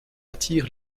attire